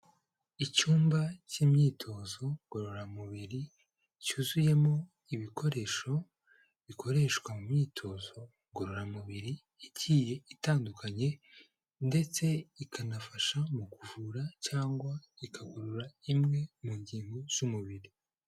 Icyumba cy'imyitozo ngororamubiri, cyuzuyemo ibikoresho bikoreshwa mu myitozo ngororamubiri igiye itandukanye ndetse ikanafasha mu kuvura cyangwa ikagorora imwe mu ngingo z'umubiri.